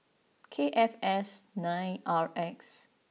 K F S nine R X